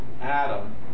Adam